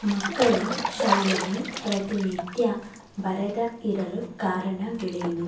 ಮಕ್ಕಳು ಶಾಲೆಗೆ ಪ್ರತಿನಿತ್ಯ ಬರದೆ ಇರಲು ಕಾರಣಗಳೇನು